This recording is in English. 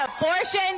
Abortion